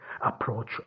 approach